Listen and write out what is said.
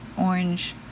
orange